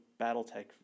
Battletech